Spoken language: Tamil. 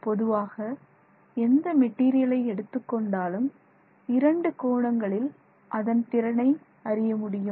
பொதுவாக எந்த மெட்டீரியல் எடுத்துக்கொண்டாலும் இரண்டு கோணங்களில் அதன் திறனை அறிய முடியும்